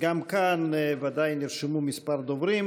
גם כאן נרשמו כמה דוברים.